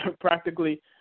practically